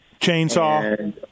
Chainsaw